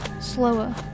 slower